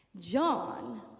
John